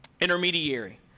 intermediary